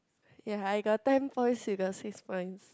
ya I got ten points you got six points